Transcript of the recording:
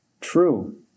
true